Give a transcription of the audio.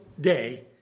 day